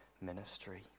ministry